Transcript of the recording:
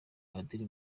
padiri